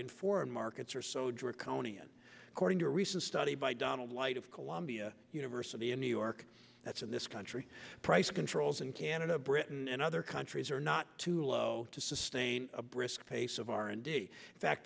in foreign markets are so draconian according to a recent study by donald light of columbia university in new york that's in this country price controls in canada britain and other countries are not too low to sustain a brisk pace of r and